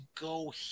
go